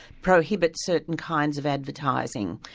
prohibits certain kinds of advertising.